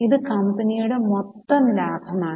ഇത് കമ്പനിയുടെ മൊത്തം ലാഭമാണ്